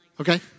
Okay